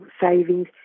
savings